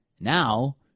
Now